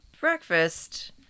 breakfast